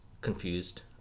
confused